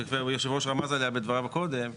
יושב הראש רמז עליה בדבריו קודם,